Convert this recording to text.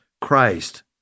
Christ